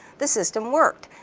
the system worked.